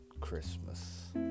Christmas